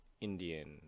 Indian